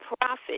profit